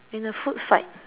in a food fight